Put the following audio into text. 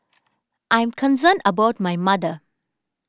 I am concerned about my mother